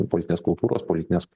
politinės kultūros politinės